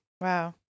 Wow